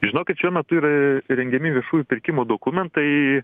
žinokit šiuo metu yra rengiami viešųjų pirkimų dokumentai